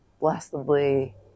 blessedly